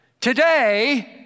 today